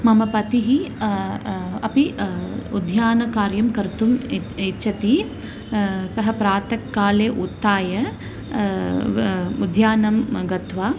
मम पतिः अपि उद्यानकार्यं कर्तुम् इ इच्छति सः प्रातःकाले उत्थाय उद्यानं गत्वा